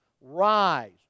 rise